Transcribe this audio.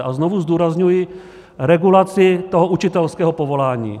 A znovu zdůrazňuji regulaci učitelského povolání.